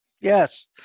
Yes